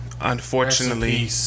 unfortunately